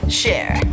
share